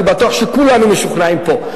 אני בטוח שכולנו משוכנעים פה.